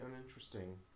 uninteresting